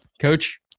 coach